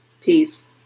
Peace